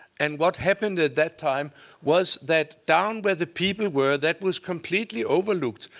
and what happened at that time was that down where the people were, that was completely overlooked.